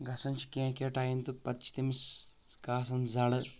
گژھان چھ کیٚنٛہہ کیٚنٛہہ ٹایم تہٕ پتہٕ چھ تٔمِس کاسن زَرٕ